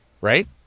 Right